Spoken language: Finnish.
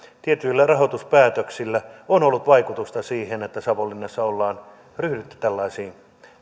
tietyillä rahoituspäätöksillä on ollut vaikutusta siihen että savonlinnassa on ryhdytty tällaisiin